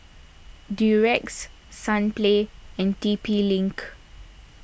Durex Sunplay and T P link